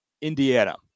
Indiana